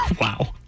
Wow